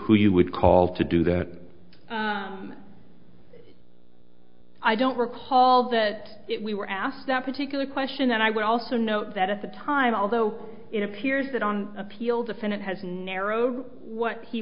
who you would call to do that i don't recall that we were asked that particular question and i would also note that at the time although it appears that on appeal defendant has narrowed what he